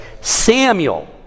Samuel